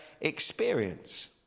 experience